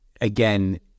again